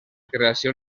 creació